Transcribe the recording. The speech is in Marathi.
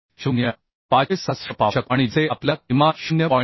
566 पाहू शकतोआणि जसे आपल्याला किमान 0